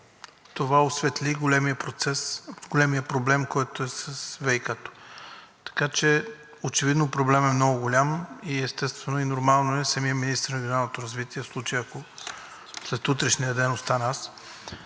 това осветли големия проблем, който е с ВиК-то. Така че очевидно проблемът е много голям и естествено и нормално е самият министър на регионалното развитие, в случая, ако след утрешния ден остана аз,